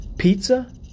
Pizza